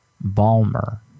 Balmer